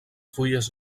fulles